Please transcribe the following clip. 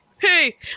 Hey